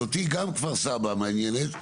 שאותי גם כפר סבא מעניינת,